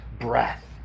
breath